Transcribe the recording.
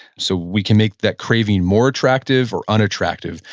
so we can make that craving more attractive or unattractive,